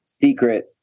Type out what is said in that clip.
secret